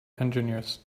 engineers